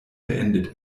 beendet